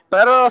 Pero